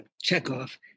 Chekhov